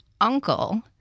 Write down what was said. uncle